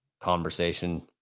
conversation